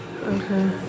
Okay